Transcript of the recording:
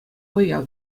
вӑя